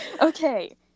Okay